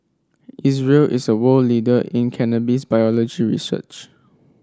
Israel is a world leader in cannabis biology research